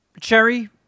cherry